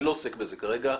אני לא עוסק בזה כרגע.